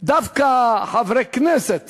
שדווקא חברי כנסת